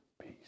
peace